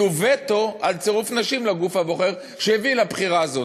וטו על צירוף נשים לגוף הבוחר שהביא לבחירה הזאת.